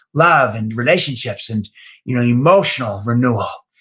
love and relationships, and you know emotional renewal.